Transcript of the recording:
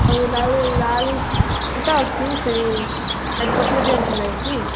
ଆଉ ଲାଲ ଲାଲ ସୂତା ଅଛି ସେଇ ଚାରି ପାଖରେ ଦିଅନ୍ତୁ ନାହିଁ କି